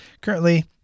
Currently